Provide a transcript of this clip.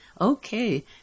Okay